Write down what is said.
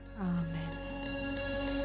Amen